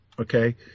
okay